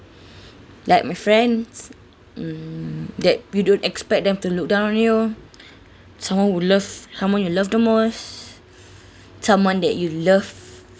like my friends mm that you don't expect them to look down on you someone who love someone you love the most someone that you love